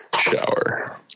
Shower